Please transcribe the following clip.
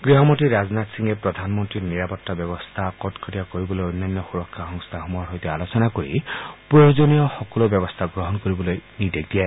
গৃহমন্ত্ৰী ৰাজনাথ সিঙে প্ৰধানমন্ত্ৰীৰ নিৰাপত্তা ব্যৱস্থা কটকটীয়া কৰিবলৈ অন্যান্য সুৰক্ষা সংস্থাসমূহৰ সৈতে আলোচনা কৰি প্ৰয়োজনীয় সকলো ব্যৱস্থা গ্ৰহণ কৰিবলৈ নিৰ্দেশ দিয়ে